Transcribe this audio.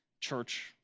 Church